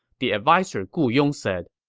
the adviser gu yong said,